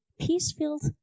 peace-filled